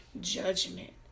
judgment